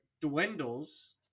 dwindles